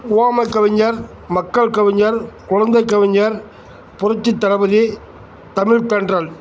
உவமை கவிஞர் மக்கள் கவிஞர் குழந்தைக் கவிஞர் புரட்சித் தளபதி தமிழ்த் தென்றல்